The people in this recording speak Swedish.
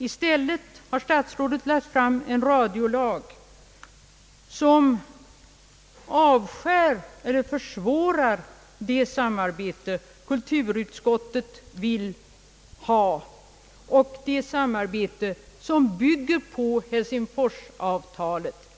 I stället har statsrådet lagt fram ett förslag till radiolag, som hotar att försvåra det samarbete kulturutskottet vill ha och vilket bygger på Helsingfors-avtalet.